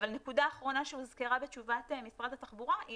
נקודה אחרונה שהוזכרה בתשובת משרד התחבורה היא